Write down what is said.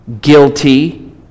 guilty